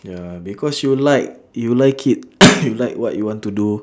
ya because you like you like it you like what you want to do